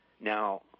now